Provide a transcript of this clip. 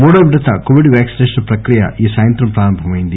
మూడవ విడత Covid vaccination ప్రక్రియ ఈ సాయంత్రం ప్రారంభమైంది